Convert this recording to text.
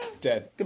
Dead